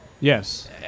Yes